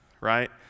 right